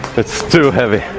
it's too heavy.